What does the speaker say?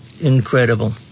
Incredible